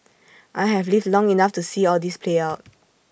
I have lived long enough to see all this play out